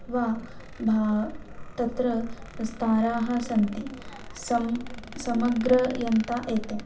वा भा तत्र स्ताराः सन्ति सं समग्रतया एते